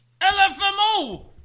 LFMO